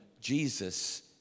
Jesus